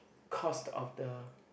cost of the